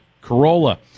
Corolla